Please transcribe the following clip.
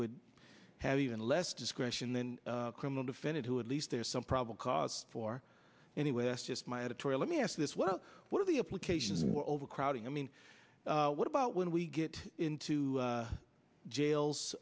would have even less discretion in a criminal defendant who at least there's some problem cause for anyway that's just my editorial let me ask this well what are the applications for overcrowding i mean what about when we get into jails